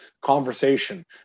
conversation